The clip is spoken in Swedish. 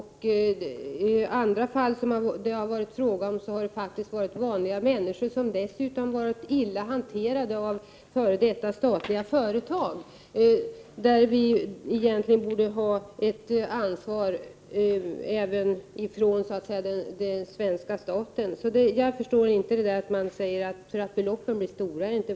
I andra fall som varit aktuella har det faktiskt varit vanliga människor som dessutom blivit illa hanterade av f.d. statliga företag, där vi egentligen borde ha ett ansvar även från den svenska staten. Jag kan inte förstå att man säger att det inte handlar om vanliga människor därför att beloppen blir stora.